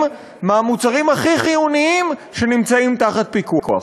מהמוצרים הכי חיוניים שנמצאים בפיקוח.